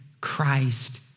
Christ